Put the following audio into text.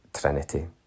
Trinity